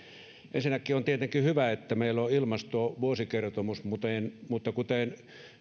ensinnäkin on tietenkin hyvä että meillä on ilmastovuosikertomus mutta kuten